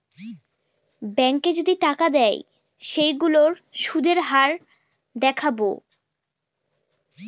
ব্যাঙ্কে যদি টাকা দেয় সেইগুলোর সুধের হার দেখাবো